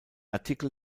artikel